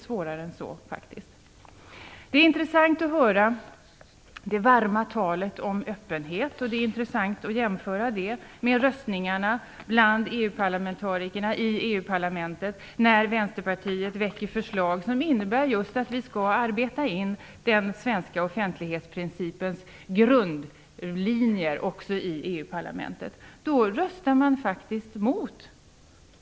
Svårare än så är det faktiskt inte. Det är intressant att höra det varma talet om öppenhet och jämföra med röstningen bland EU parlamentarikerna när Vänsterpartiet väcker förslag som innebär att vi skall arbeta in den svenska offentlighetsprincipens grundlinjer också i EU-parlamentet. Då röstar man emot.